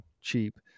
cheap